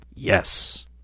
Yes